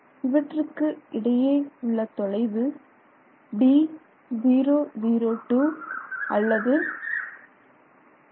இவற்றுக்கு இடையே உள்ள தொலைவு d002 அல்லது 3